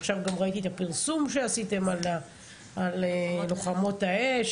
עכשיו גם ראיתי את הפרסום שעשיתם על לוחמות האש.